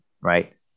right